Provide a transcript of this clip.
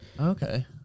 Okay